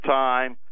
time